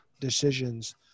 decisions